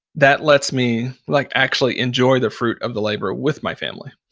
that lets me like actually enjoy the fruit of the labor with my family.